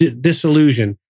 disillusion